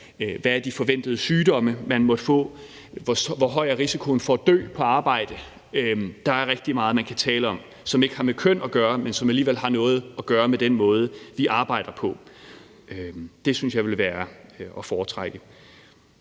Hvad er de forventede sygdomme, man måtte få? Hvor høj er risikoen for at dø på arbejde? Der er rigtig meget, man kan tale om, som ikke har med køn at gøre, men som alligevel har noget at gøre med den måde, vi arbejder på. Det synes jeg ville være at foretrække.